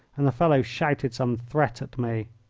and the fellow shouted some threat at me.